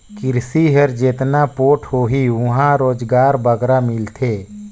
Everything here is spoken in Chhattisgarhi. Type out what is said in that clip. किरसी हर जेतना पोठ होही उहां रोजगार बगरा मिलथे